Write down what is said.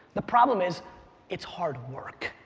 the problem is it's hard work.